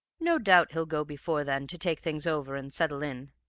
no doubt he'll go before then to take things over and settle in.